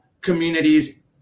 communities